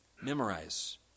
Memorize